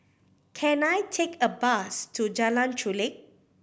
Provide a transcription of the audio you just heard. can I take a bus to Jalan Chulek